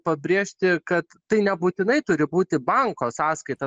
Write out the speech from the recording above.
pabrėžti kad tai nebūtinai turi būti banko sąskaita